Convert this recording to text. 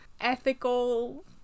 ethical